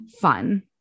fun